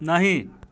नहि